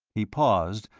he paused,